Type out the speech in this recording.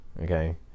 okay